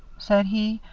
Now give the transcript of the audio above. said he,